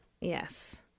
Yes